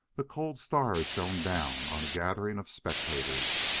the cold stars shone down on a gathering of spectators,